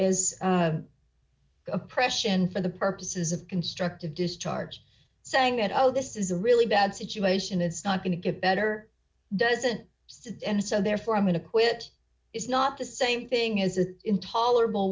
as oppression for the purposes of constructive discharge saying that oh this is a really bad situation it's not going to get better doesn't sit and so therefore i'm going to quit is not the same thing is it intolerable